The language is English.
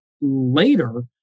later